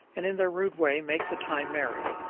and in their rude way make the time merry.